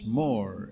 more